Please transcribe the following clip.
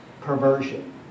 perversion